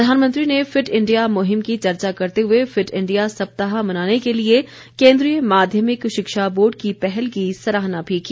प्रधानमंत्री ने fit India मुहिम की चर्चा करते हुए फिट इंडिया सप्ताह मनाने के लिए केन्द्रीय माध्यमिक शिक्षा बोर्ड की पहल की सराहना भी की